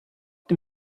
dem